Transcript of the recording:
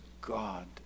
God